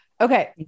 Okay